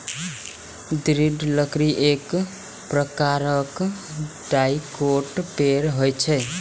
दृढ़ लकड़ी एक प्रकारक डाइकोट पेड़ होइ छै